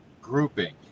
grouping